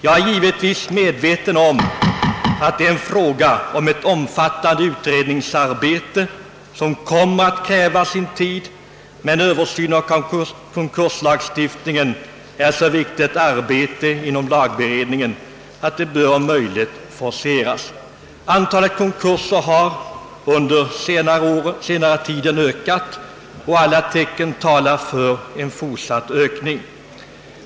Jag är givetvis medveten om att det är fråga om ett omfattande utredningsarbete, som kommer att kräva sin tid, men en Översyn av konkurslagstiftningen är ett så viktigt arbete inom lagberedningen att det om möjligt bör forceras. Amtalet konkurser har under senare tid ökat, och alla tecken tyder på en fortsatt ökning.